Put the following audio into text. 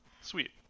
Sweet